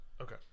Okay